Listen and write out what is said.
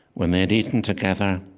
when they had eaten together,